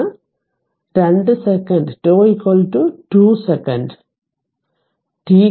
അതിനാൽ 2 second τ 2 second